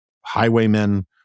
highwaymen